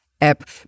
app